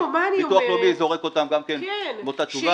הביטוח הלאומי זורק אותן גם כן עם אותה תשובה.